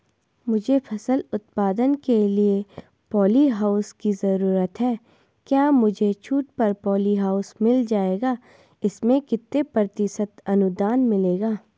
मुझे फसल उत्पादन के लिए प ॉलीहाउस की जरूरत है क्या मुझे छूट पर पॉलीहाउस मिल जाएगा इसमें कितने प्रतिशत अनुदान मिलेगा?